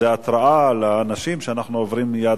זו התרעה לאנשים שאנחנו עוברים מייד